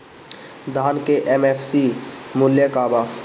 धान के एम.एफ.सी मूल्य का बा?